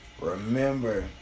remember